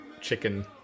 chicken